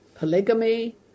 polygamy